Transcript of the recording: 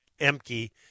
emke